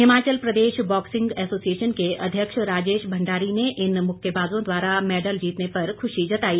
Himachal Pradesh boxing association के अध्यक्ष राजेश भंडारी ने इन मुक्केबाजों द्वारा मैडल जीतने पर खुशी जताई